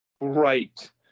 Right